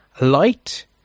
light